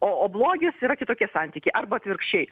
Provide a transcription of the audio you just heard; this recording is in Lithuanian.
o o blogis yra kitokie santykiai arba atvirkščiai